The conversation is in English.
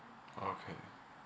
okay